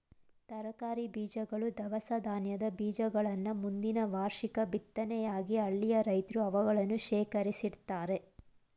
ತರಕಾರಿ ಬೀಜಗಳು, ದವಸ ಧಾನ್ಯದ ಬೀಜಗಳನ್ನ ಮುಂದಿನ ವಾರ್ಷಿಕ ಬಿತ್ತನೆಗಾಗಿ ಹಳ್ಳಿಯ ರೈತ್ರು ಅವುಗಳನ್ನು ಶೇಖರಿಸಿಡ್ತರೆ